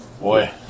Boy